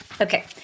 Okay